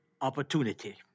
opportunity